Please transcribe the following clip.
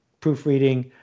proofreading